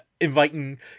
inviting